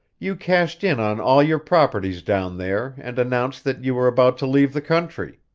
you cashed in on all your properties down there and announced that you were about to leave the country.